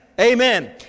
Amen